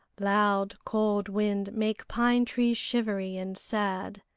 loud cold wind make pine-trees shivery and sad.